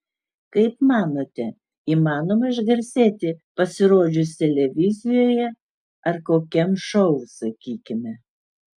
kaip manote įmanoma išgarsėti pasirodžius televizijoje ar kokiam šou sakykime